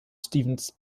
stephens